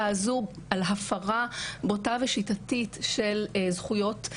הזו שישנה הפרה בוטה ושיטתית של הזכויות.